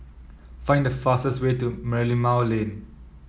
find the fastest way to Merlimau Lane